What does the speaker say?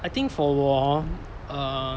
I think for 我 hor err